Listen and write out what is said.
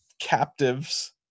captives